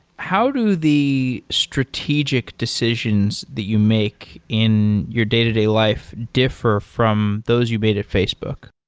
how do the strategic decisions that you make in your day-to-day life differ from those you made at facebook?